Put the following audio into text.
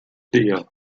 dia